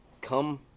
Come